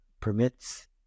permits